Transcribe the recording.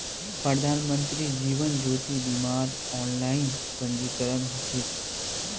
प्रधानमंत्री जीवन ज्योति बीमार ऑनलाइन पंजीकरण ह छेक